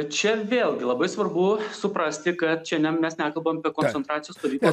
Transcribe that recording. čia vėlgi labai svarbu suprasti kad šiandien mes nekalbam apie koncentracijos stovyklas